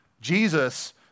Jesus